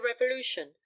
Revolution